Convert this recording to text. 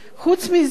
חוץ מזה,